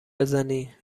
بزنی